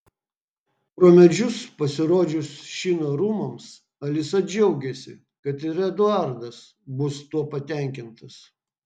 pro medžius pasirodžius šino rūmams alisa džiaugiasi kad ir eduardas bus tuo patenkintas